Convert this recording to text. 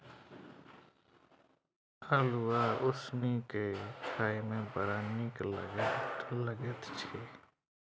अल्हुआ उसनि कए खाए मे बड़ नीक लगैत छै